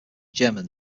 german